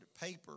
paper